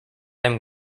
him